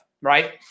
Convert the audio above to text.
right